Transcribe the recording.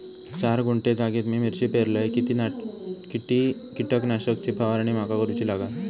चार गुंठे जागेत मी मिरची पेरलय किती कीटक नाशक ची फवारणी माका करूची लागात?